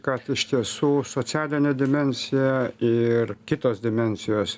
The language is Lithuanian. kad iš tiesų socialinė dimensija ir kitos dimensijos